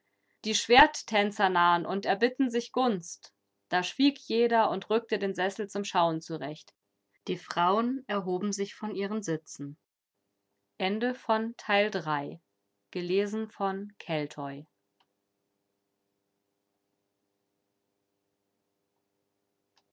die schwerttänzer nahen und erbitten sich gunst da schwieg jeder und rückte den sessel zum schauen zurecht die frauen erhoben sich von den sitzen